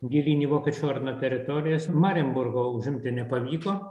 gilyn į vokiečių ordino teritorijas marienburgo užimti nepavyko